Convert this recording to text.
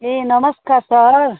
ए नमस्कार सर